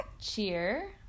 Cheer